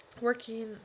working